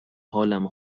حالمو